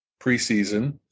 preseason